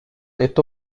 est